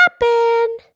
happen